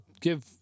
give